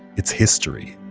its history.